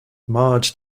marge